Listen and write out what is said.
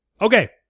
Okay